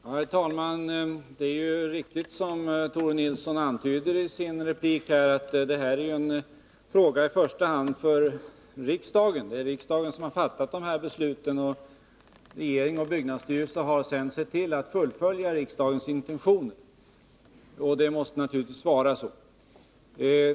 Herr talman! Det är riktigt, som Tore Nilsson antyder i sitt anförande, att detta i första hand är en fråga för riksdagen. Det är riksdagen som har fattat besluten, och regeringen och byggnadsstyrelsen har sedan sett till att fullfölja riksdagens intentioner. Och det måste naturligtvis vara så.